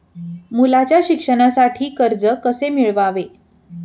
मुलाच्या शिक्षणासाठी कर्ज कसे मिळवावे?